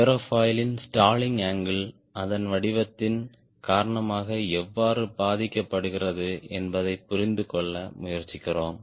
ஏரோஃபாயிலின் stalling angle அதன் வடிவத்தின் காரணமாக எவ்வாறு பாதிக்கப்படுகிறது என்பதைப் புரிந்து கொள்ள முயற்சிக்கிறோம்